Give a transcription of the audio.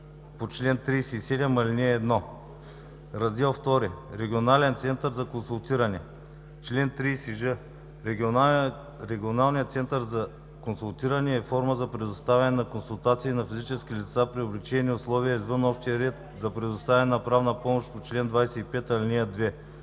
по чл. 37, ал. 1. Раздел ІІ – Регионален център за консултиране Чл. 30ж. Регионалният център за консултиране е форма за предоставяне на консултация на физически лица при облекчени условия извън общия ред за предоставяне на правна помощ по чл. 25, ал. 2.